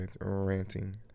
ranting